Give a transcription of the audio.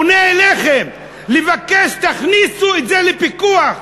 פונה אליכם לבקש: תכניסו את זה לפיקוח.